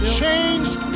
changed